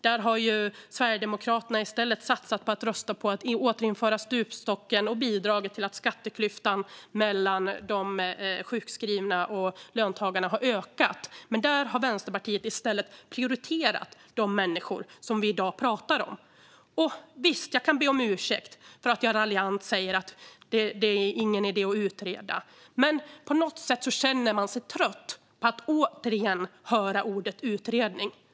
Där har Sverigedemokraterna i stället satsat på att rösta för att återinföra stupstocken och har bidragit till att skatteklyftan mellan de sjukskrivna och löntagarna har ökat. Vänsterpartiet har i stället prioriterat de människor som vi pratar om i dag. Visst kan jag be om ursäkt för att jag säger lite raljant att det inte är någon idé att utreda. Men jag känner mig trött på att återigen höra ordet utredning.